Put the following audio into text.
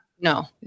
No